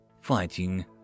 fighting